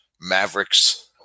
Mavericks